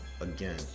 again